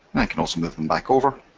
i can also move them back over